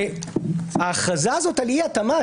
ההכרזה על אי-התאימה,